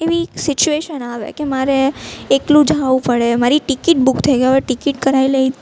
એવી સિચ્યુએશન આવે કે મારે એકલું જવું પડે મારી ટીકીટ બુક થઈ ગઈ હોય હવે ટીકીટ કરાવેલી